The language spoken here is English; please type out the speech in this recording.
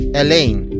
Elaine